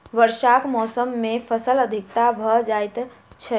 वर्षाक मौसम मे फलक अधिकता भ जाइत अछि